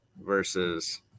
versus